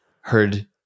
heard